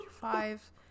five